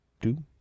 Two